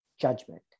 judgment